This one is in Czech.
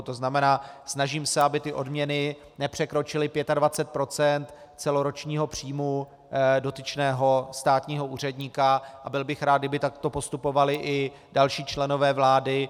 To znamená, snažím se, aby odměny nepřekročily 25 % celoročního příjmu dotyčného státního úředníka, a byl bych rád, kdyby takto postupovali i další členové vlády.